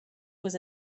was